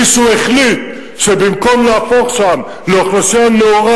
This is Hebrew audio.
מישהו החליט שבמקום להפוך שם לאוכלוסייה נאורה,